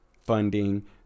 funding